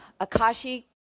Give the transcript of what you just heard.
Akashi